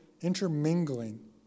intermingling